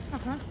(uh huh)